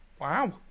Wow